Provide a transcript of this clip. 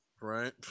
right